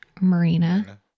Marina